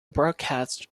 broadcast